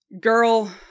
Girl